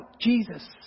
Jesus